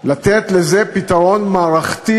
לתת לזה פתרון מערכתי,